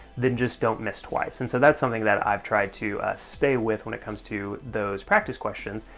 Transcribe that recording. then just don't miss twice. and so that's something that i've tried to stay with when it comes to those practice questions,